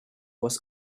was